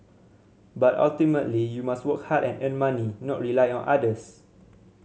but ultimately you must work hard and earn money not rely on others